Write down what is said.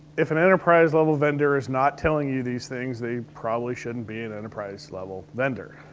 if an enterprise-level vendor is not telling you these things, they probably shouldn't be an enterprise-level vendor.